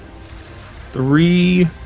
three